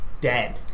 dead